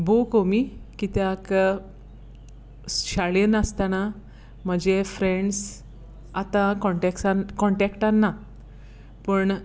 भोव कमी कित्याक शाळेंत आसतना म्हजे फ्रेंड्स आतां कॉन्टेक्सान कॉन्टेक्टान ना पूण